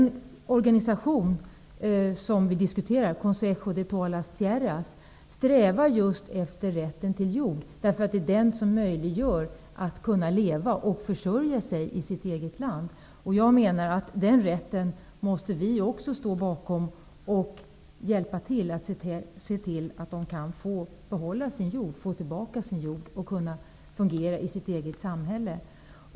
Den organisation som vi diskuterar, Consejo de la Tierra, strävar just efter rätten till jord, därför att det är den som möjliggör att de kan leva och försörja sig i sitt eget land. Jag menar att vi också måste stå bakom kravet på den rätten och att vi skall hjälpa dem att få tillbaka sin jord, så att de kan fungera i sitt eget samhälle.